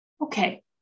Okay